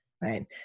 right